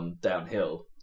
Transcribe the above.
Downhill